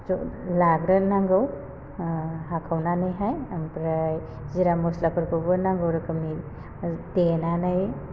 ज' लाग्रोनांगौ हाखावनानैहाय आमफ्राय जिरा मस्लाफोरखौबो नांगौ रोखोमनि देनानै